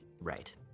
Right